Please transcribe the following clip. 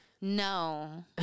No